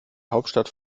hauptstadt